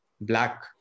Black